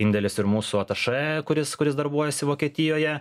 indėlis ir mūsų atašė kuris kuris darbuojasi vokietijoje